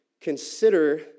consider